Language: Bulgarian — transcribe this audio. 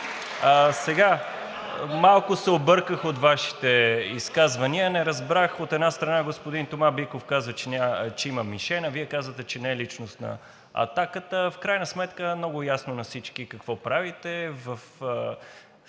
Сега, малко се обърках от Вашите изказвания. Не разбрах, от една страна, господин Тома Биков каза, че има мишена, Вие казвате, че не е личностна атаката. В крайна сметка е много ясно на всички какво правите